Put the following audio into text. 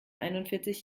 einundvierzig